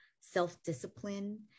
self-discipline